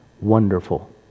wonderful